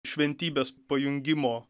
šventybės pajungimo